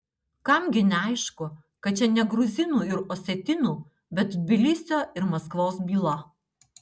kam gi neaišku kad čia ne gruzinų ir osetinų bet tbilisio ir maskvos byla